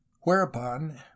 whereupon